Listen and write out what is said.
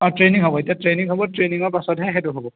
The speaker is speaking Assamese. অঁ ট্ৰেইনিং হ'ব এতিয়া ট্ৰেইনিং হ'ব ট্ৰেইনিঙৰ পাছতহে সেইটো হ'ব